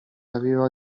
aveva